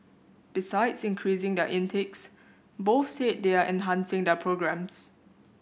besides increasing their intakes both said they are enhancing their programmes